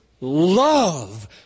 love